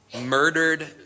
murdered